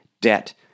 debt